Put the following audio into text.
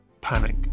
panic